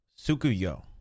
Sukuyo